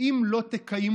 אם לא "תקיימו".